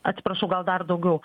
atsiprašau gal dar daugiau